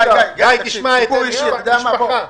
גילוי נאות.